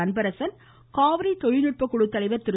அன்பரசன் காவிரி தொழில்நுட்பக்குழு தலைவர் திரு